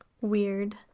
weird